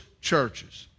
churches